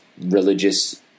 religious